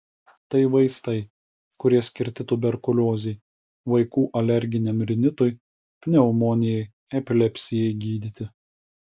tai vaistai kurie skirti tuberkuliozei vaikų alerginiam rinitui pneumonijai epilepsijai gydyti